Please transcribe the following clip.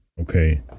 okay